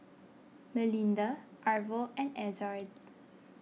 Melinda Arvo and Ezzard